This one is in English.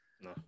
No